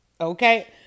Okay